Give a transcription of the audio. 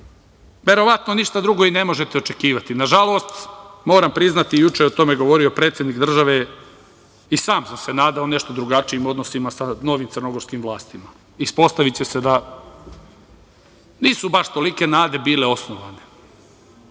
verovatno ništa drugo i ne možete očekivati. Nažalost, moram priznati, o tome je juče govorio predsednik države i sam sam se nadao nešto drugačijim odnosima sa novim crnogorskim vlastima. Ispostaviće se da nisu baš tolike nade bile osnovane,